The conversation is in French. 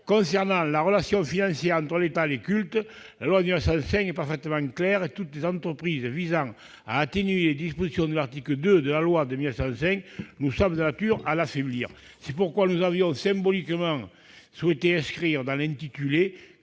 Concernant la relation financière entre l'État et les cultes, la loi de 1905 est parfaitement claire, et toutes les entreprises visant à atténuer les dispositions de son article 2 nous semblent de nature à l'affaiblir. C'est pourquoi nous souhaitons symboliquement inscrire dans l'intitulé